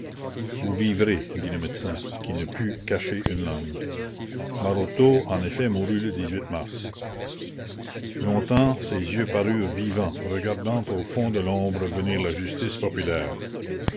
vous vivrez dit le médecin qui ne put cacher une larme maroteau en effet mourut le mars longtemps ses yeux parurent vivants regardant au fond de l'ombre venir la justice populaire